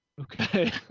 Okay